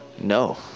No